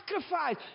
sacrifice